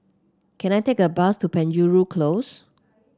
can I take a bus to Penjuru Close